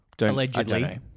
Allegedly